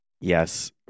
Yes